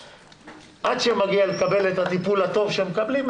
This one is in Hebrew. עד שמגיעים לקבל את הטיפול הטוב שהם מקבלים,